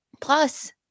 plus